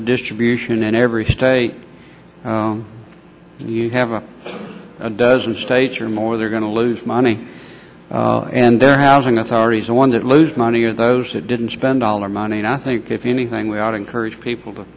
the distribution in every state you have a dozen states or more they're going to lose money and they're housing authorities and ones that lose money are those that didn't spend all their money and i think if anything we ought encourage people to